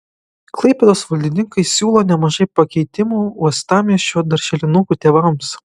klaipėdos valdininkai siūlo nemažai pakeitimų uostamiesčio darželinukų tėvams